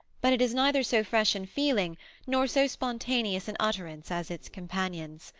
but it is neither so fresh in feeling nor so spontaneous in utterance as its companions.